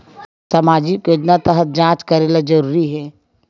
सामजिक योजना तहत जांच करेला जरूरी हे